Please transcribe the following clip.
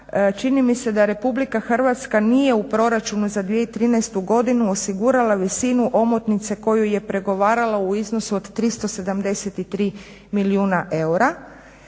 čini mi se da Republika Hrvatska nije u proračunu za 2013. godinu osigurala visinu omotnice koju je pregovarala u iznosu od 373 milijuna eura.